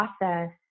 process